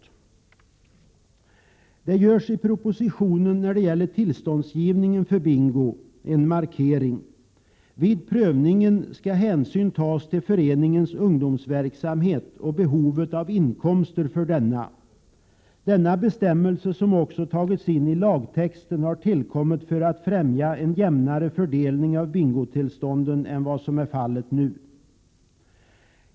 En markering görs i propositionen när det gäller tillståndsgivningen för bingo, där det sägs att man vid prövningen skall ta hänsyn till föreningens ungdomsverksamhet och behovet av inkomster för denna. Denna bestämmelse, som också tagits in i lagtexten, har tillkommit för att främja en jämnare fördelning av bingotillstånden.